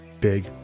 big